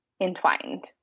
entwined